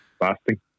Fasting